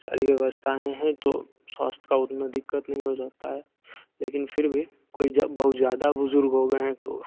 सारी व्यवस्थाएँ हैं तो स्वास्थ्य का उतना दिक़्क़त नहीं हो सकता है लेकिन फिर भी कोई जब बहुत ज़्यादा बुज़ुर्ग हो गएँ हैं तो